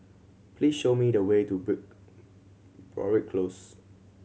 please show me the way to Broadrick Close